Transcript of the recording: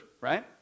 right